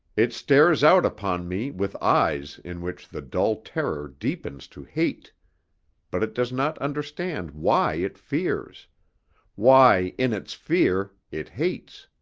it stares out upon me with eyes in which the dull terror deepens to hate but it does not understand why it fears why, in its fear, it hates.